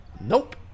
Nope